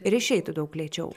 ir išeitų daug lėčiau